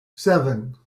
seven